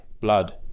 blood